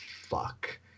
fuck